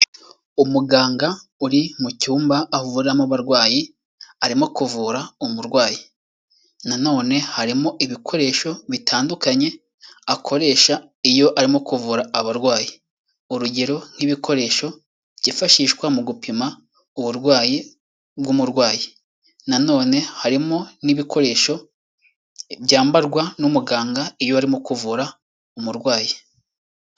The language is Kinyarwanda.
Umuganga uri mu cyumba avuriramo abarwayi, arimo kuvura umurwayi. Nanone harimo ibikoresho bitandukanye akoresha iyo arimo kuvura abarwayi, urugero nk'ibikoresho byifashishwa mu gupima uburwayi bw'umurwayi, nanone harimo n'ibikoresho byambarwa n'umuganga iyo arimo kuvura umurwayi.